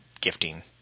gifting